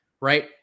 right